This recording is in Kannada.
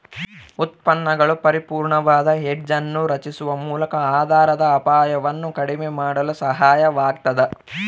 ಉತ್ಪನ್ನಗಳು ಪರಿಪೂರ್ಣವಾದ ಹೆಡ್ಜ್ ಅನ್ನು ರಚಿಸುವ ಮೂಲಕ ಆಧಾರದ ಅಪಾಯವನ್ನು ಕಡಿಮೆ ಮಾಡಲು ಸಹಾಯವಾಗತದ